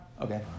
okay